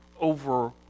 over